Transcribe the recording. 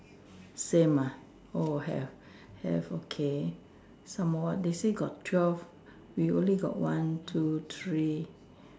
same ah have have okay some more they say got twelve we only got one two three